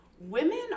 women